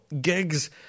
gigs